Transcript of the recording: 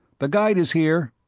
the guide is here,